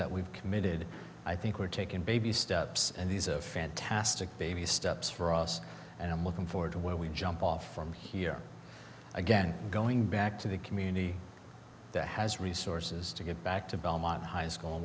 that we've committed i think we're taking baby steps and these a fantastic baby steps for us and i'm looking forward to where we jump off from here again going back to the community that has resources to get back to belmont high school and